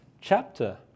chapter